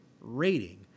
rating